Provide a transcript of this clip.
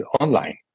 online